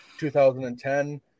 2010